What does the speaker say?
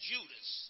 Judas